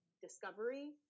discovery